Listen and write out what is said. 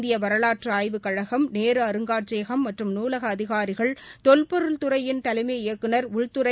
இந்திய வரவாற்று ஆய்வுக் கழகம் நேரு அருங்காட்சியகம் மற்றும் நூலக அதிகாரிகள் தொல்பொருள் துறையின் தலைமை இயக்குநர் உள்துறை